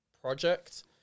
project